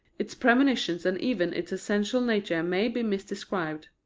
its premonitions and even its essential nature may be misdescribed.